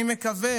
אני מקווה